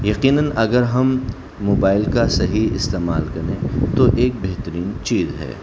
یقیناً اگر ہم موبائل کا صحیح استعمال کریں تو ایک بہترین چیز ہے